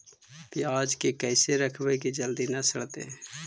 पयाज के कैसे रखबै कि जल्दी न सड़तै?